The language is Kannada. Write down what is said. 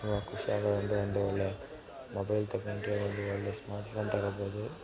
ತುಂಬ ಖುಷಿ ಆಗೋದು ಅಂದರೆ ಒಂದು ಒಳ್ಳೆಯ ಮೊಬೈಲ್ ತಗೊಂಡ್ರೆ ಒಂದು ಒಳ್ಳೆಯ ಸ್ಮಾರ್ಟ್ ಫೋನ್ ತಗೋಬೋದು